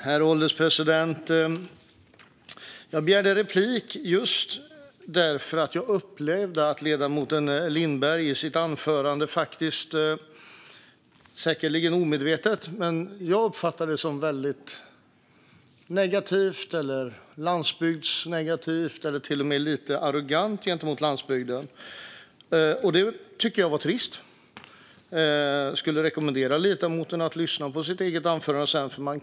Herr ålderspresident! Jag begärde replik därför att jag upplevde att ledamoten Lindberg i sitt anförande - säkerligen omedvetet - var negativ eller till och med lite arrogant gentemot landsbygden. Det tyckte jag var trist. Jag skulle rekommendera ledamoten att lyssna på sitt eget anförande sedan.